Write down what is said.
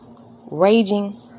raging